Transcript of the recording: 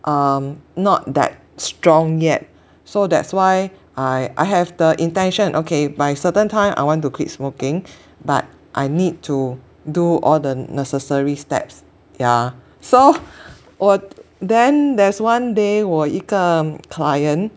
um not that strong yet so that's why I I have the intention okay by certain time I want to quit smoking but I need to do all the necessary steps yeah so orh then there's one day 我一个 client